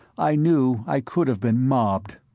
i knew i could have been mobbed.